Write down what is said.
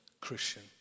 Christian